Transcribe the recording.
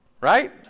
Right